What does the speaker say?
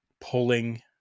pulling